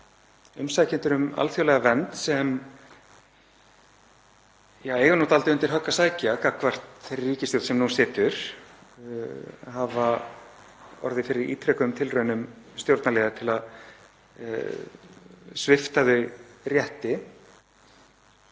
umsækjendur um alþjóðlega vernd sem eiga dálítið undir högg að sækja gagnvart þeirri ríkisstjórn sem nú situr. Þau hafa orðið fyrir ítrekuðum tilraunum stjórnarliða til að svipta þau rétti